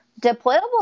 deployable